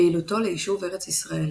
פעילותו ליישוב ארץ ישראל